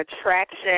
attraction